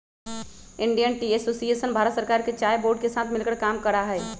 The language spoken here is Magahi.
इंडियन टी एसोसिएशन भारत सरकार के चाय बोर्ड के साथ मिलकर काम करा हई